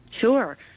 sure